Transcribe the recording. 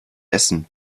essen